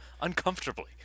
uncomfortably